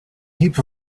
heap